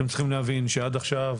אתם צריכים להבין שעד עכשיו,